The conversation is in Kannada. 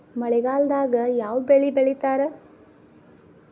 ಮಳೆಗಾಲದಾಗ ಯಾವ ಬೆಳಿ ಬೆಳಿತಾರ?